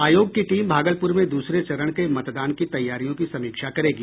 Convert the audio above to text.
आयोग की टीम भागलपुर में दूसरे चरण के मतदान की तैयारियों की समीक्षा करेगी